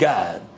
God